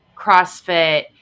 CrossFit